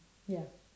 ya